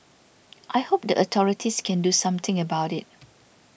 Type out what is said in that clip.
I hope the authorities can do something about it